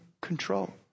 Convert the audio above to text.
control